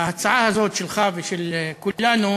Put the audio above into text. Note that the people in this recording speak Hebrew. שההצעה הזאת שלך ושל כולנו